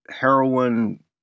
heroin